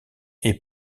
est